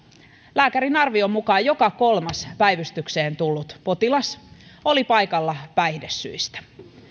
lääkärin arvion mukaan joka kolmas päivystykseen tullut potilas oli paikalla päihdesyistä